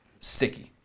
sicky